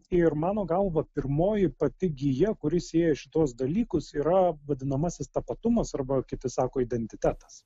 ir mano galva pirmoji pati gija kuri sieja šituos dalykus yra vadinamasis tapatumas arba kiti sako identitetas